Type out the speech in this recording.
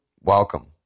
welcome